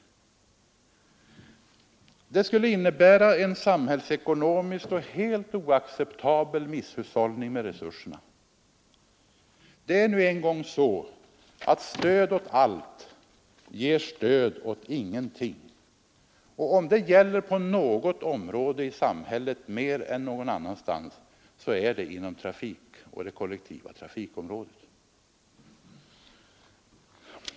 Det skulle innebära en helt oacceptabel misshushållning med resurserna. Det är nu en gång så att stöd åt allt ger stöd åt ingenting. Och om detta gäller på något område i samhället, så är det inom kollektivtrafikområdet.